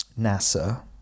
NASA